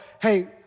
hey